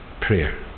prayer